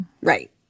right